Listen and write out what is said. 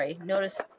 notice